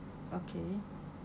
okay